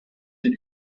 and